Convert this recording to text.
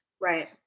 right